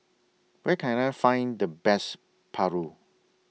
Where Can I Find The Best Paru